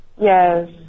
Yes